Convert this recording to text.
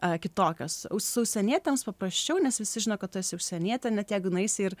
kitokios užsienietėms paprasčiau nes visi žino kad tu esi užsienietė net jeigu nueisi ir